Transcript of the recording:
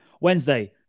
Wednesday